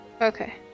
Okay